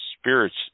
spirits